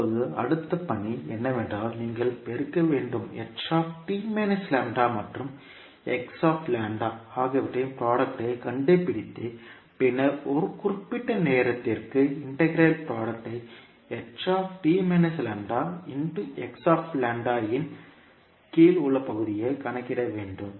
இப்போது அடுத்த பணி என்னவென்றால் நீங்கள் பெருக்க வேண்டும் மற்றும் ஆகியவற்றின் புரோடக்ட் ஐ கண்டுபிடித்து பின்னர் ஒரு குறிப்பிட்ட நேரத்திற்கு இன்டெக்ரல் புரோடக்ட் இன் கீழ் உள்ள பகுதியைக் கணக்கிட வேண்டும்